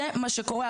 זה מה שקורה,